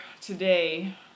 today